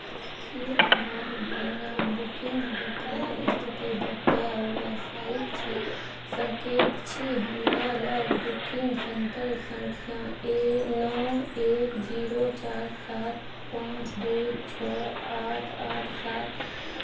की अहाँ हमरा बुकिंग वर्तमान स्थिति बताए व्यावसायिक सकैत छी हमरा लग बुकिंग सन्दर्भ सङ्ख्या एक नओ एक जीरो चार सात पाँच दूइ छओ आठ आठ सात